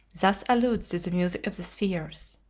thus alludes to the music of the spheres